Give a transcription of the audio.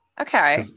Okay